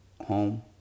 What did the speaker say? home